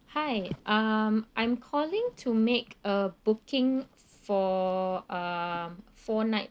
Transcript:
hi um I'm calling to make a booking for um four nights